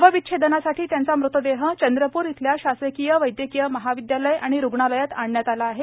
शवविच्छेदनासाठी त्यांचा मृतदेह चंद्रपूर येथील शासकीय वैद्यकीय महाविद्यालय आणि रुग्णालयात आणण्यात आला आहे